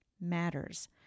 Matters